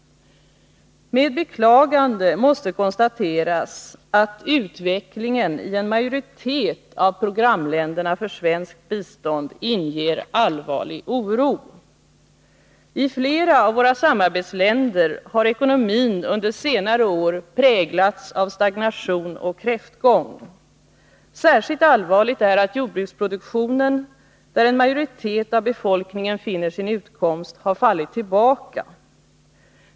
Med beklagande måste konstateras att utvecklingen i en majoritet av programländerna för svenskt bistånd inger allvarlig oro. I flera av våra samarbetsländer har ekonomin under senare år präglats av stagnation och kräftgång. Särskilt allvarligt är att jordbruksproduktionen, där en majoritet av befolkningen finner sin utkomst, har fallit tillbaka.